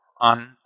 on